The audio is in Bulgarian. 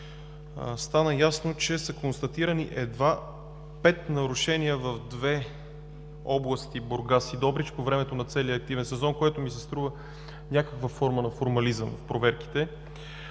стана ясно, че са констатирани едва 5 нарушения в две области – Бургас и Добрич по времето на целия активен сезон, което ми се струва някаква форма на формализъм в проверките.